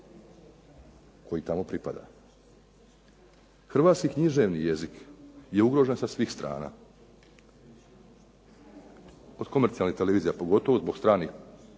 koji tamo pripada. Hrvatski književni jezik je ugrožen sa svih strana. Od komercijalnih televizija pogotovo zbog stranih